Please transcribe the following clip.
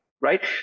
right